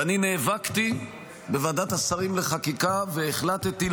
ואני נאבקתי בוועדת השרים לחקיקה והחלטתי,